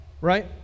right